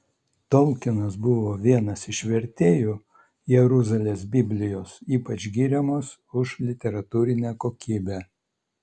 tolkinas buvo vienas iš vertėjų jeruzalės biblijos ypač giriamos už literatūrinę kokybę